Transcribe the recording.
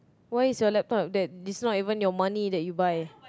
why is your laptop that it's not even your money that you buy